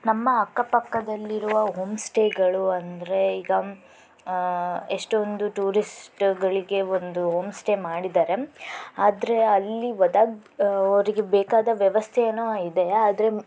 ನಮ್ಮ ಅಕ್ಕ ಪಕ್ಕದಲ್ಲಿರುವ ಹೋಮ್ ಸ್ಟೇಗಳು ಅಂದರೆ ಈಗ ಎಷ್ಟೊಂದು ಟೂರಿಸ್ಟ್ಗಳಿಗೆ ಒಂದು ಹೋಮ್ ಸ್ಟೇ ಮಾಡಿದ್ದಾರೆ ಆದರೆ ಅಲ್ಲಿ ಒದಗ ಅವರಿಗೆ ಬೇಕಾದ ವ್ಯವಸ್ಥೆ ಏನೋ ಇದೆ ಆದರೆ